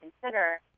consider